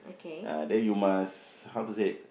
uh then you must how to say